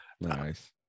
Nice